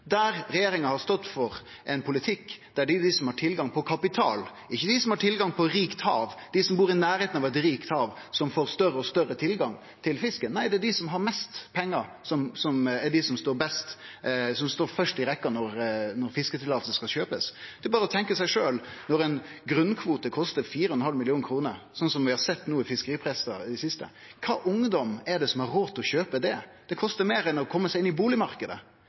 der regjeringa har stått for ein politikk der det er dei som har tilgang på kapital – ikkje dei som har tilgang på rikt hav, dei som bor i nærleiken av eit rikt hav – som får større og større tilgang til fisken. Nei, det er dei som har mest pengar som er dei som står i første rekke når fiskeløyver skal kjøpast. Det er berre å tenkje sjølv: Når ei grunnkvote kostar 4,5 mill. kr, slik vi har sett i fiskeripressa no i det siste, kva ungdom er det som har råd til å kjøpe det? Det kostar meir enn å kome seg inn i